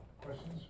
questions